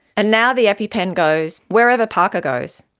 and now the epi-pen goes wherever parker goes.